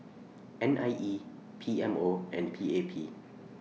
N I E P M O and P A P